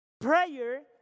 Prayer